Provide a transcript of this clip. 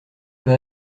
pas